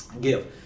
give